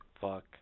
fuck